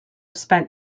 spent